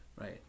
right